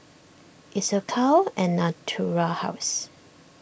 Isocal and Natura House